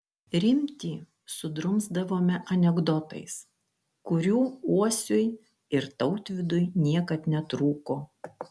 rimtį sudrumsdavome anekdotais kurių uosiui ir tautvydui niekad netrūko